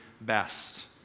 best